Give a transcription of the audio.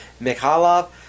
Mikhailov